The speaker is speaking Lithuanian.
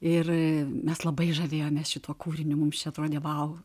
ir mes labai žavėjomės šituo kūriniu mums atrodė vau